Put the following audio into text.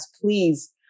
please